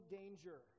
danger